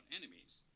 enemies